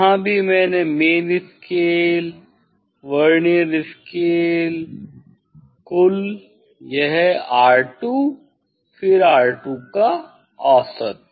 यहाँ भी main scale reading vernier scale reading कुल यह R2 फिर R2 का औसत